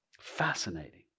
Fascinating